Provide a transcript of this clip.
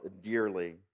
dearly